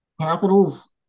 capitals